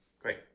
Great